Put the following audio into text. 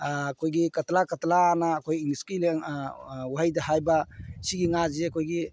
ꯑꯩꯈꯣꯏꯒꯤ ꯀꯇꯥꯂꯥ ꯀꯇꯥꯂꯥꯥꯑꯅ ꯑꯩꯈꯣꯏ ꯏꯪꯂꯤꯁꯀꯤ ꯋꯥꯍꯩꯗ ꯍꯥꯏꯕ ꯁꯤꯒꯤ ꯉꯥꯁꯦ ꯑꯩꯈꯣꯏꯒꯤ